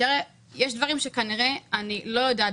יש דברים בנבכי התעשייה שאני כנראה לא יודעת